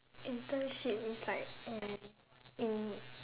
internship is like mm in